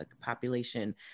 population